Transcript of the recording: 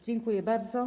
Dziękuję bardzo.